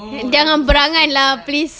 jangan berangan lah please